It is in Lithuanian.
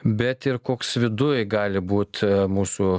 bet ir koks viduj gali būt mūsų